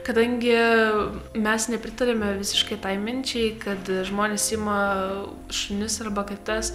kadangi mes nepritariame visiškai tai minčiai kad žmonės ima šunis arba kates